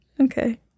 Okay